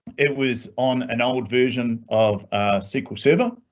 it was on an old version of sql server.